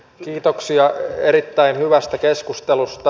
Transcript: kiitoksia erittäin hyvästä keskustelusta